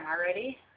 already